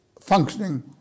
functioning